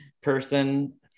person